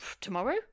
tomorrow